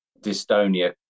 dystonia